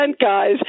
guys